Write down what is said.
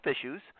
issues